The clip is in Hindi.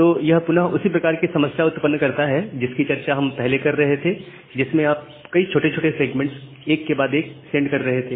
तो यह पुनः उसी प्रकार की समस्या उत्पन्न करता है जिसकी चर्चा हम पहले कर रहे थे जिसमें आप कई छोटे छोटे सेगमेंट्स एक के बाद एक सेंड कर रहे थे